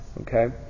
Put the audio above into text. Okay